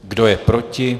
Kdo je proti?